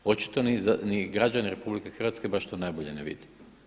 Očito ni građani RH baš to najbolje ne vide.